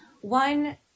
one